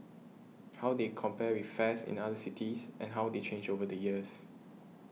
how they compare with fares in other cities and how they change over the years